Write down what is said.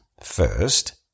First